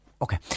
Okay